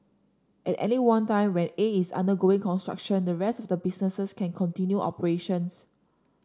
at any one time when A is undergoing construction the rest of the businesses can continue operations